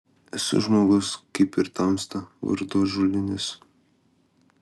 esu žmogus kaip ir tamsta vardu ąžuolinis